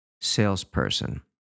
salesperson